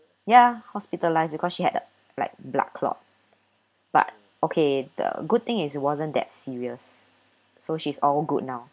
ya hospitalised because she had a like blood clot but okay the good thing is it wasn't that serious so she's all good now